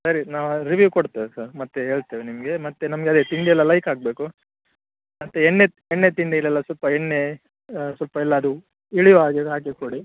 ಸರಿ ನಾವು ರಿವ್ಯೂ ಕೊಡ್ತೇವೆ ಸರ್ ಮತ್ತು ಹೇಳ್ತೇವೆ ನಿಮಗೆ ಮತ್ತು ನಮ್ಗೆ ಅದೆ ತಿಂಡಿ ಎಲ್ಲ ಲೈಕ್ ಆಗಬೇಕು ಮತ್ತು ಎಣ್ಣೆ ಎಣ್ಣೆ ತಿಂಡಿಯಲ್ಲೆಲ್ಲ ಸ್ವಲ್ಪ ಎಣ್ಣೆ ಸ್ವಲ್ಪ ಎಲ್ಲಾ ಅದು ಇಳಿಯೋ ಹಾಗೆ ಹಾಕಿ ಕೊಡಿ